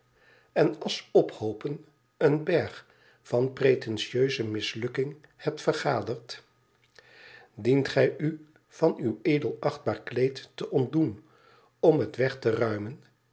en asch ophoopen een berg van pretentieuze mislukking hebt vergaderd dient gij u van uw edelachtbaar kleed te ontdoen om het weg te ruimen